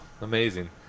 Amazing